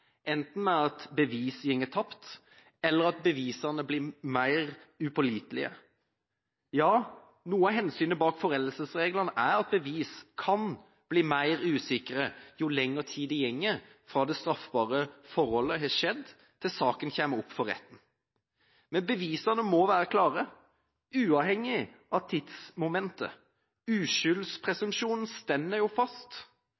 enten ved at bevis går tapt eller at bevisene blir mer upålitelige. Ja, noe av hensynet bak foreldelsesreglene er at bevis kan bli mer usikre jo lengre tid det går fra det straffbare forholdet har skjedd til saken kommer opp for retten. Bevisene må være klare, uavhengig av tidsmomentet